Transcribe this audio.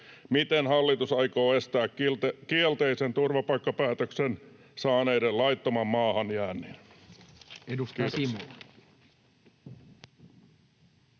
miten hallitus aikoo estää kielteisen turvapaikkapäätöksen saaneiden laittoman maahanjäännin?